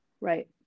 Right